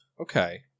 Okay